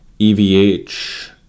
EVH